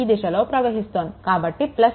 కాబట్టి 12 i1 - i2 - 20 0